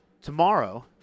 Tomorrow